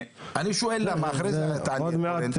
אני שואל למה, אחרי זה אתה תענה.